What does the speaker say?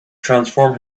transform